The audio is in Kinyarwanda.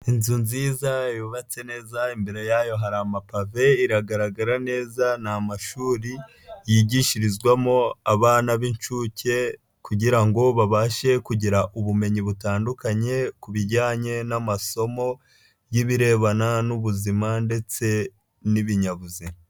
Inzu nziza yubatse neza, imbere yayo hari amapave, iragaragara neza ni amashuri yigishirizwamo abana b'inshuke kugira ngo babashe kugira ubumenyi butandukanye ku bijyanye n'amasomo y'ibirebana n'ubuzima ndetse n'ibinyabuzima.